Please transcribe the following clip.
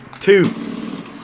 two